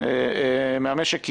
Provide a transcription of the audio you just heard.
של המשק.